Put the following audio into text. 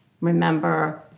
Remember